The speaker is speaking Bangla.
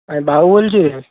আমি বাবু বলছি